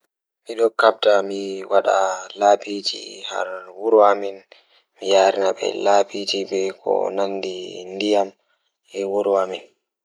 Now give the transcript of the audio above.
Miɗo kabda mi waɗa So tawii miɗo waɗa project ngal, mi waɗataa njiddaade fiyaangu e hoore ngam njiddaade fiyaangu ngal kadi njamaaji. Ko fiyaangu goɗɗo ko yowii ko noone ngal njiddaade ngal rewɓe ngal sabu nguurndam ngal rewɓe ngal.